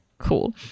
Cool